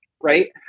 right